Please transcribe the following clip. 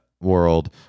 world